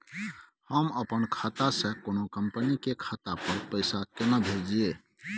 हम अपन खाता से कोनो कंपनी के खाता पर पैसा केना भेजिए?